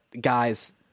guys